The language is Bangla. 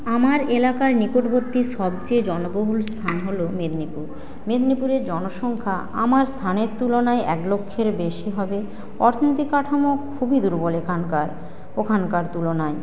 আমার এলাকার নিকটবর্তী সবচেয়ে জনবহুল স্থান হল মেদিনীপুর মেদিনীপুরের জনসংখ্যা আমার স্থানের তুলনায় এক লক্ষের বেশি হবে অর্থনৈতিক কাঠামো খুবই দুর্বল এখানকার ওখানকার তুলনায়